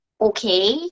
Okay